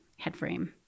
Headframe